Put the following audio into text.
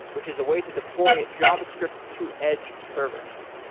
which is a way to deploy javascript to edge servers.